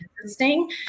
interesting